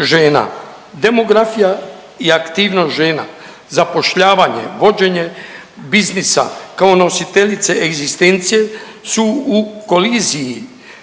žena. Demografija i aktivnost žena, zapošljavanje, vođenje biznisa kao nositeljice egzistencije su u koliziji